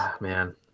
man